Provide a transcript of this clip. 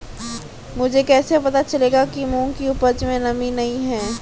मुझे कैसे पता चलेगा कि मूंग की उपज में नमी नहीं है?